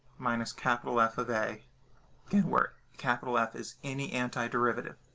minus capital f of a where capital f is any antiderivative.